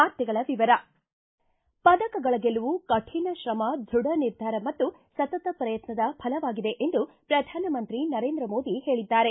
ವಾರ್ತೆಗಳ ವಿವರ ಪದಕಗಳ ಗೆಲುವು ಕಠಿಣ ತ್ರಮ ಧೃಢ ನಿರ್ಧಾರ ಮತ್ತು ಸತತ ಪ್ರಯತ್ನದ ಫಲವಾಗಿದೆ ಎಂದು ಪ್ರಧಾನಮಂತ್ರಿ ನರೇಂದ್ರ ಮೋದಿ ಹೇಳಿದ್ದಾರೆ